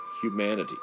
humanity